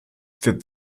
für